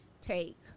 take